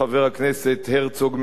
חבר הכנסת הרצוג,